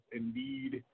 indeed